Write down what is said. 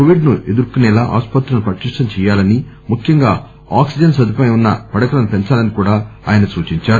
Covid ను ఎదుర్కోనేలా ఆసుపత్రులను పటిష్టం చేయాలని ముఖ్యంగా ఆక్సిజన్ సదుపాయం ఉన్స పడకలను పెంచాలని సూచించారు